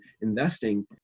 investing